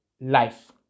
life